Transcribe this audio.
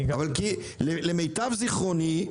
למיטב זיכרוני,